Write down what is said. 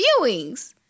viewings